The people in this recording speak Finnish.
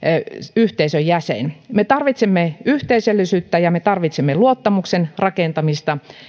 yhteisön jäsen me tarvitsemme yhteisöllisyyttä ja me tarvitsemme luottamuksen rakentamista